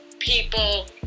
people